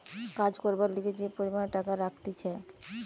কাজ করবার লিগে যে পরিমাণে টাকা রাখতিছে